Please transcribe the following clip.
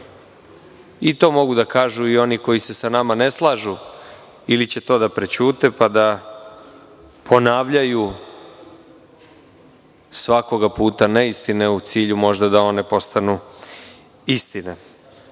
To mogu da kažu i oni koji se sa nama ne slažu, ili će to da prećute, pa da ponavljaju svakoga puta neistine, u cilju možda da one postanu istina.